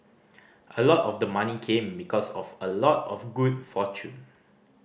a lot of the money came because of a lot of good fortune